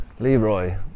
Leroy